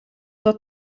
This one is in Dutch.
dat